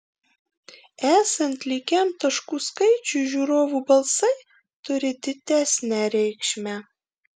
esant lygiam taškų skaičiui žiūrovų balsai turi didesnę reikšmę